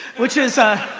which is a